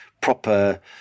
proper